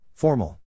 Formal